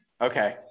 Okay